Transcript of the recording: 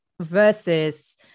versus